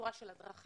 בצורה של הדרכה,